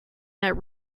that